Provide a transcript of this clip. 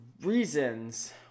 reasons